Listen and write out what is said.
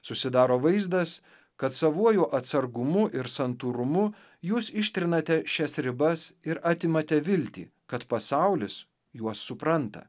susidaro vaizdas kad savuoju atsargumu ir santūrumu jūs ištrinate šias ribas ir atimate viltį kad pasaulis juos supranta